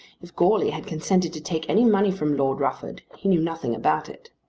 if goarly had consented to take any money from lord rufford he knew nothing about it.